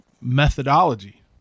methodology